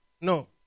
No